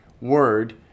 word